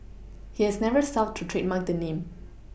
he has never sought to trademark the name